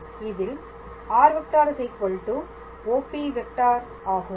இதில் r⃗ OP ⃗ ஆகும்